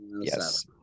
Yes